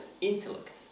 intellect